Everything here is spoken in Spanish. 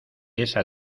esa